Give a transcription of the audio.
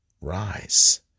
rise